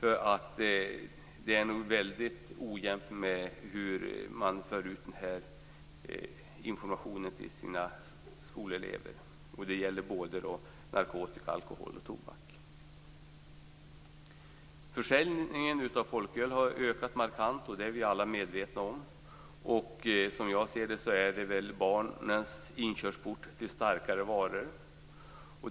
Kvaliteten på sättet att föra ut informationen till skoleleverna är nämligen väldigt ojämn. Det gäller såväl alkohol och narkotika som tobak. Försäljningen av folköl har ökat markant - det är vi alla medvetna om. Som jag ser det är folkölet barnens inkörsport till starkare varor.